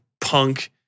punk